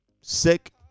sick